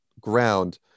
ground